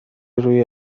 روی